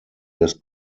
des